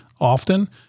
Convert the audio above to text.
often